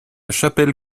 chapelle